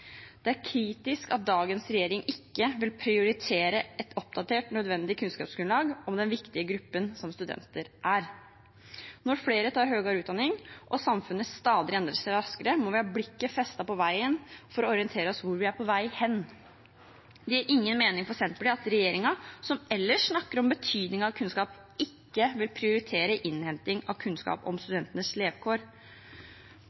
Det er kritisk at dagens regjering ikke vil prioritere et oppdatert nødvendig kunnskapsgrunnlag om den viktige gruppen som studenter er. Når flere tar høyere utdanning og samfunnet endrer seg stadig raskere, må vi ha blikket festet på veien for å orientere oss om hvor vi er på vei hen. Det gir ingen mening for Senterpartiet at regjeringen, som ellers snakker om betydningen av kunnskap, ikke vil prioritere innhenting av kunnskap om